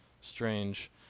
Strange